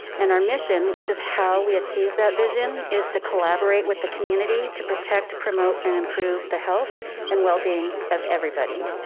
and our mission, which is how we achieve that vision is to collaborate with the community, to protect, promote, and improve the health and wellbeing of everybody.